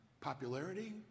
popularity